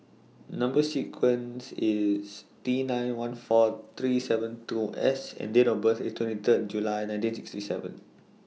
Number sequence IS T nine one four three seven two S and Date of birth IS twenty Third July nineteen sixty seven